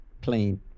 plain